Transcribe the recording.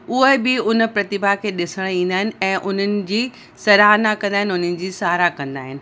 हूअ बि उन प्रतिभा के ॾिसण ईंदा आहिनि ऐं उन्हनि जी सराहना कंदा आहिनि उन्हनि जी साहरा कंदा आहिनि